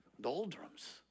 doldrums